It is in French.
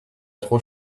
trop